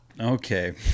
Okay